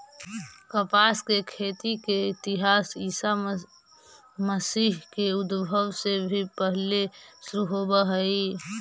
कपास के खेती के इतिहास ईसा मसीह के उद्भव से भी पहिले शुरू होवऽ हई